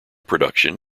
production